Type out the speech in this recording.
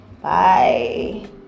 Bye